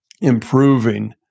improving